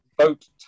vote